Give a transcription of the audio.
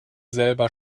selber